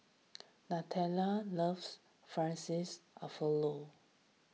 Nataly loves Fettuccine's Alfredo